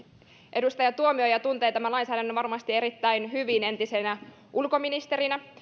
edustaja tuomioja tuntee tämän lainsäädännön varmasti erittäin hyvin entisenä ulkoministerinä